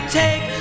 take